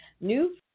New